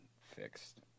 fixed